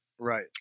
Right